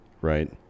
right